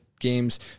games